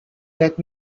that